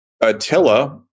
Attila